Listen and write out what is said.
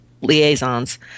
liaisons